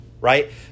right